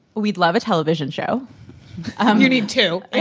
we'd love a television show you'd need two